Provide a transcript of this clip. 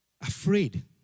afraid